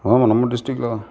ஆமாம் நம்ம டிஸ்ட்ரிக்கில் தான்